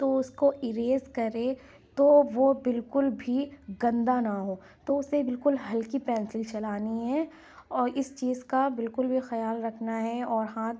تو اس کو ایریز کرے تو وہ بالکل بھی گندا نہ ہو تو اسے بالکل ہلکی پینسل چلانی ہے اور اس چیز کا بالکل بھی خیال رکھنا ہے اور ہاتھ